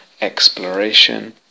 exploration